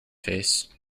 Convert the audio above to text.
face